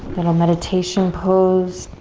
then a meditation pose.